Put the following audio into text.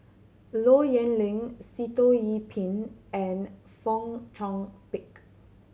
Low Yen Ling Sitoh Yih Pin and Fong Chong Pik